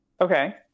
Okay